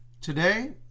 Today